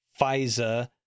FISA